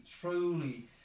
truly